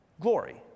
glory